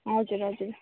हजुर हजुर